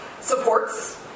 supports